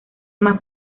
más